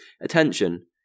attention